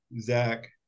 Zach